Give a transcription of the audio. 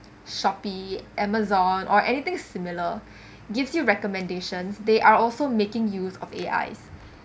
Shopee Amazon or anything similar gives you recommendations they are also making use of A_Is